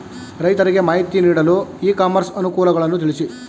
ರೈತರಿಗೆ ಮಾಹಿತಿ ನೀಡಲು ಇ ಕಾಮರ್ಸ್ ಅನುಕೂಲಗಳನ್ನು ತಿಳಿಸಿ?